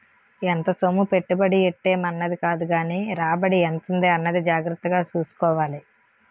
ఎంత సొమ్ము పెట్టుబడి ఎట్టేం అన్నది కాదుగానీ రాబడి ఎంతుంది అన్నది జాగ్రత్తగా సూసుకోవాలి